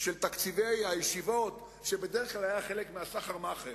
של תקציבי הישיבות, שבדרך כלל היו חלק מהסחר-מכר,